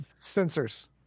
sensors